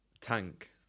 Tank